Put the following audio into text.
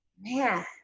man